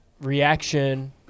reaction